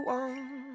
one